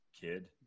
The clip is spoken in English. kid